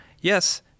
yes